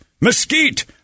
mesquite